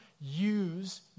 Use